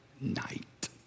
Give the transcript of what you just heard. night